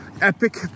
epic